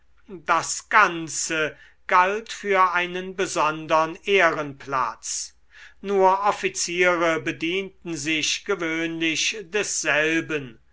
das ganze galt für einen besondern ehrenplatz nur offiziere bedienten sich gewöhnlich desselben